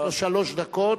יש לו שלוש דקות.